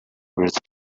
ruled